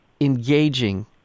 engaging